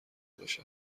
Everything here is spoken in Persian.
باشه